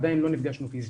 עדיין לא נפגשנו פיזית.